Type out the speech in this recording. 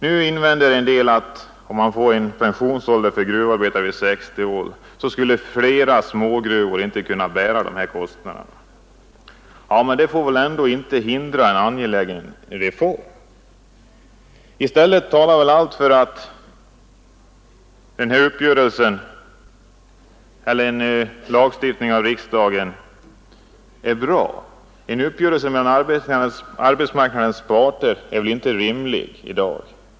Nu invänder en del att om man får en pensionsålder för gruvarbetare vid 60 år skulle flera smågruvor inte kunna bära kostnaderna. Men det får väl ändå inte hindra en angelägen reform. I stället talar allt för att en lagstiftning av riksdagen behövs. En uppgörelse mellan arbetsmarknadens parter är väl inte trolig i dag.